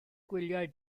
gwyliau